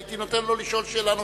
הייתי נותן לו לשאול שאלה נוספת.